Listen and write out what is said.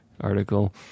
article